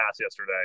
yesterday